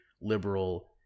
liberal